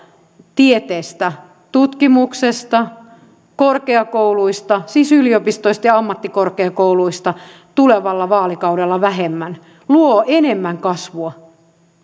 tieteestä tutkimuksesta korkeakouluista siis yliopistoista ja ammattikorkeakouluista tulevalla vaalikaudella luo enemmän kasvua